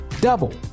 double